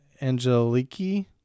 Angeliki